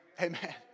Amen